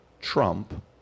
Trump